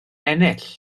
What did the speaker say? ennill